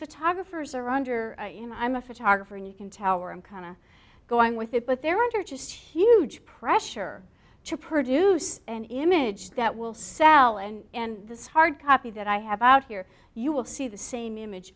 photographers are under you know i'm a photographer and you can tower i'm kind of going with it but there are just huge pressure to produce an image that will sell and this hard copy that i have out here you will see the same image